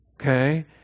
Okay